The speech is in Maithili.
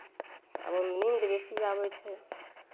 आब नींद बेसी आबै छै